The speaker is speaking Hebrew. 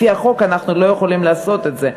שלהן, לפי החוק אנחנו לא יכולים לעשות את זה.